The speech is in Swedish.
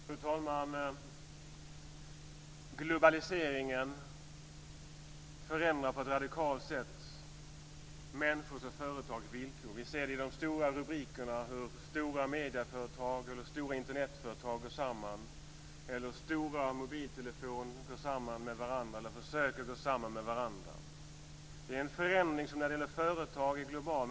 Fru talman! Globaliseringen förändrar på ett radikalt sätt människors och företags villkor. Vi ser i de stora rubrikerna hur stora medieföretag och stora Internetföretag går samman eller hur stora mobiltelefonföretag går samman med varandra eller försöker gå samman med varandra. Det är en förändring som när det gäller företag är global.